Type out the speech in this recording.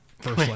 first